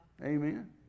Amen